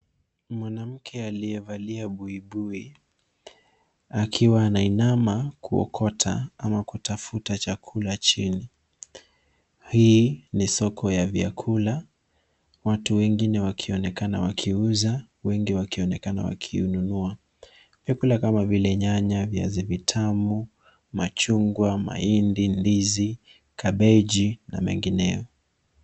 Mwanamke aliyevalia buibui akiwa anainama kuokota ama kutafuta chakula chini. Hii ni soko ya vyakula, watu wengine wakionekana wakiuza wengi wakionekana wakinunua. Vyakula kama vile nyanya, viazi vitamu, machungwa, mahindi, ndizi, kabeji na mengineyo.